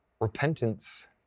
Repentance